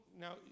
now